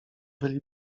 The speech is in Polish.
byli